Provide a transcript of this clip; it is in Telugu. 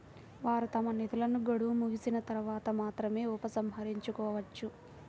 వారు తమ నిధులను గడువు ముగిసిన తర్వాత మాత్రమే ఉపసంహరించుకోవచ్చు